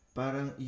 parang